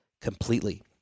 completely